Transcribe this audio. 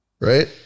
Right